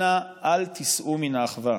אנא, אל תיסעו מן האחווה.